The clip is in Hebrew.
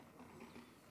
עמאר.